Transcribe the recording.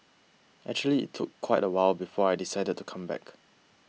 actually it took quite a while before I decided to come back